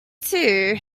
too